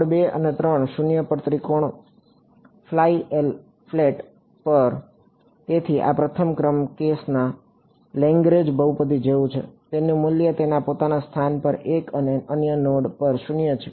node 2 અને 3 0 પર ત્રિકોણ ફાલ એલ ફ્લેટ પર તેથી આ પ્રથમ ક્રમના કેસના લેગ્રેન્જ બહુપદી જેવું છે તેનું મૂલ્ય તેના પોતાના સ્થાન પર 1 અને અન્ય નોડ પર 0 છે